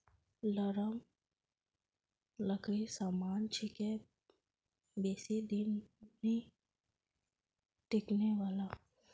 नरम लकड़ीर सामान छिके बेसी दिन नइ टिकने वाला